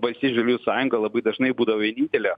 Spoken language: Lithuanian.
valstiečių žaliųjų sąjunga labai dažnai būdavo vienintelė